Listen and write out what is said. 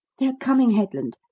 they're coming, headland.